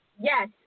yes